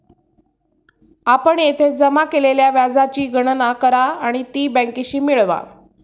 आपण येथे जमा केलेल्या व्याजाची गणना करा आणि ती बँकेशी मिळवा